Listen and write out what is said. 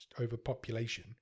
overpopulation